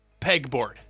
pegboard